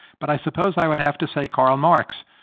but i suppose i would have to say karl marx,